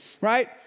right